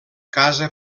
casa